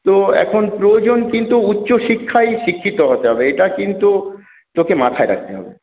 তো এখন প্রয়োজন কিন্তু উচ্চশিক্ষায় শিক্ষিত হতে হবে এটা কিন্তু তোকে মাথায় রাখতে হবে